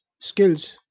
skills